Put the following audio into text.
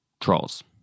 trolls